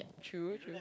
true true